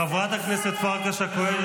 --- חברת הכנסת פרקש הכהן,